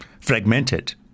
fragmented